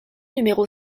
numéro